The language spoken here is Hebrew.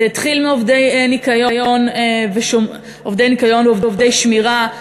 זה התחיל מעובדי ניקיון ועובדי שמירה.